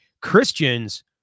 Christians